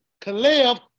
Caleb